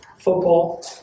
football